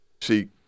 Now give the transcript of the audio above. See